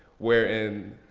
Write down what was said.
wherein